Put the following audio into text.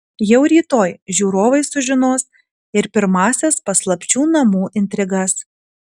jau rytoj žiūrovai sužinos ir pirmąsias paslapčių namų intrigas